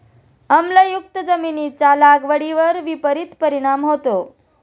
आम्लयुक्त जमिनीचा लागवडीवर विपरीत परिणाम होतो